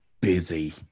busy